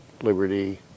liberty